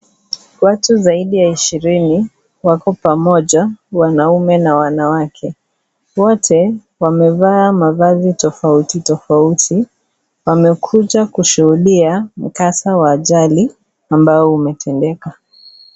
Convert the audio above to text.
Watu zaidi ya ishirini wako pamoja, wanaume na wanawake. Wote wamevaa mavazi tofauti tofauti, wamekuja kushuhudia mkasa wa ajali ambao umetendeka.